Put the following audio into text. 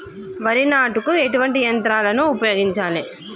వరి నాటుకు ఎటువంటి యంత్రాలను ఉపయోగించాలే?